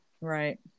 Right